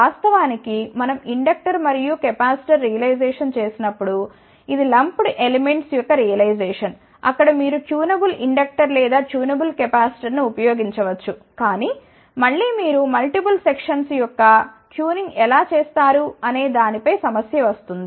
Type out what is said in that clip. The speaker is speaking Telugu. వాస్తవానికి మనం ఇండక్టర్ మరియు కెపాసిటర్ రియలైజేషన్ చేసినప్పుడు ఇది లంప్డ్ ఎలిమెంట్స్ యొక్క రియలైజెషన్ అక్కడ మీరు ట్యూనబుల్ ఇండక్టర్ లేదా ట్యూనబుల్ కెపాసిటర్ను ఉంచవచ్చు కానీ మళ్ళీ మీరు ముల్టీపుల్ సెక్షన్స్ యొక్క ట్యూనింగ్ ఎలా చేస్తారు అనే దానిపై సమస్య వస్తుంది